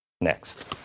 Next